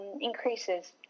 increases